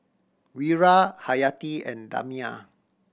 Wira Hayati and Damia